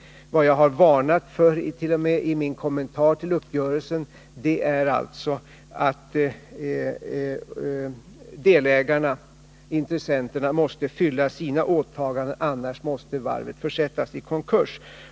Det jag varnat för, t.o.m. i min kommentar till uppgörelsen, är att delägarna, intressenterna, måste fylla sina åtaganden — annars måste varvet försättas i konkurs.